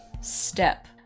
step